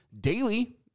daily